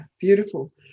beautiful